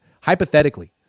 Hypothetically